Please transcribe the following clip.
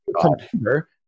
computer